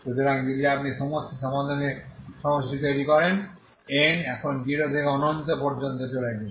সুতরাং যদি আপনি সমস্ত সমাধানের সমষ্টি তৈরি করেন n এখন 0 থেকে অনন্ত পর্যন্ত চলছে